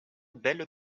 belle